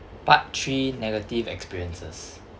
part three negative experiences